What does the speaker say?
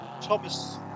Thomas